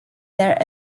there